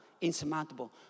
insurmountable